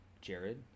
Jared